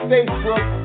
Facebook